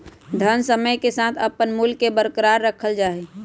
धन समय के साथ अपन मूल्य के बरकरार रखल जा हई